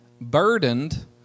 burdened